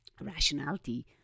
rationality